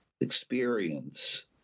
experience